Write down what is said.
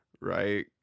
right